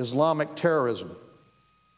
islamic terrorism